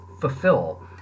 fulfill